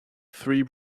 three